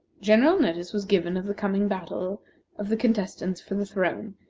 general notice was given of the coming battle of the contestants for the throne,